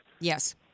Yes